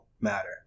matter